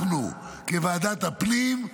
אנחנו, כוועדת הפנים,